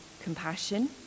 Compassion